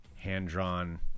hand-drawn